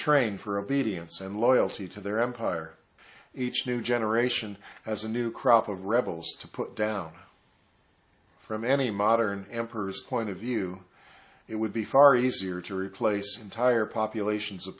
trained for obedience and loyalty to their empire each new generation has a new crop of rebels to put down from any modern emperors point of view it would be far easier to replace entire populations